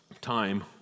time